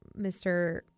Mr